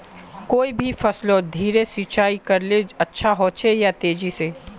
कोई भी फसलोत धीरे सिंचाई करले अच्छा होचे या तेजी से?